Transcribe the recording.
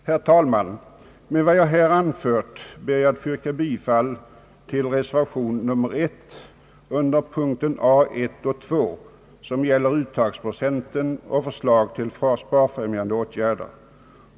Herr talman! Med vad jag här anfört ber jag att få yrka bifall till reservation 1, punkterna a 1 och 2, som gäller uttagsprocenten och förslag till sparfrämjande åtgärder.